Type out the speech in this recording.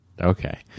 Okay